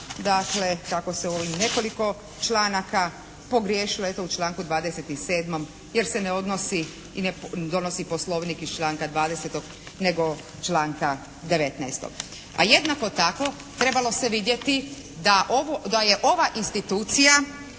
Dakle, kako se u ovih nekoliko članaka pogriješilo, eto u članku 27. jer se ne odnosi i ne donosi poslovnik iz članka 20. nego članka 19. A jednako tako trebalo se vidjeti da je ova institucija